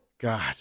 God